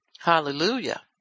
Hallelujah